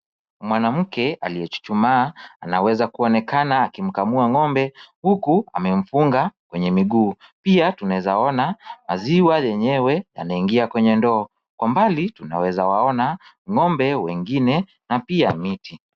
Mwanamke aliye chuchumaa anaweza kuonekana akimkamua ng'ombe, huku amemfunga kwenye miguu. Pia tunawezaona maziwa yenyewe yanaingia kwenye ndoo. Kwa mbali tunaweza waona ng'ombe wengine na pia miti.